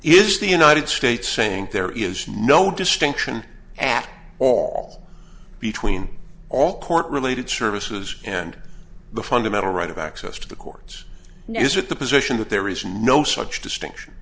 if the united states saying there is no distinction at all between all court related services and the fundamental right of access to the courts now is it the position that there is no such distinction